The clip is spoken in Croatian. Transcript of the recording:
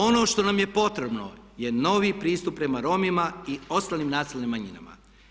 Ono što nam je potrebno je novi pristup prema Romima i ostalim nacionalnim manjinama.